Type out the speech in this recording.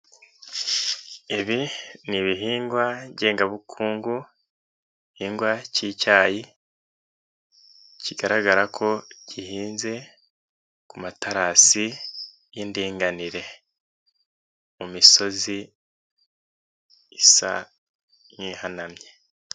Ibi ni ibihingwa ngengabukungu. Igihingwa k'icyayi kigaragara ko gihinze ku materasi y'indinganire, mu misozi isa nihanamye.